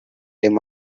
him